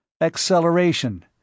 Acceleration